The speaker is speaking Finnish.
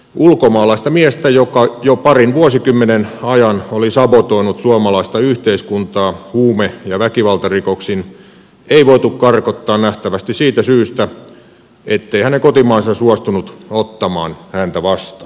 ulkomaalaista miestä joka jo parin vuosikymmenen ajan oli sabotoinut suomalaista yhteiskuntaa huume ja väkivaltarikoksin ei voitu karkottaa nähtävästi siitä syystä ettei hänen kotimaansa suostunut ottamaan häntä vastaan